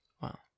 Wow